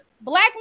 black